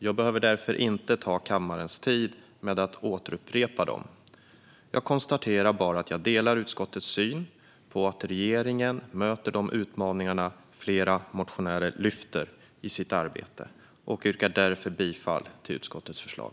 Jag behöver därför inte uppta kammarens tid med att upprepa dem utan konstaterar bara att jag delar utskottets syn att regeringen i sitt arbete möter de utmaningar flera motionärer lyfter fram. Jag yrkar därför bifall till utskottets förslag.